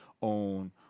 on